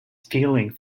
feeling